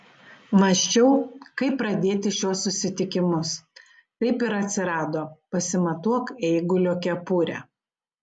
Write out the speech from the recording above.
mąsčiau kaip pradėti šiuos susitikimus taip ir atsirado pasimatuok eigulio kepurę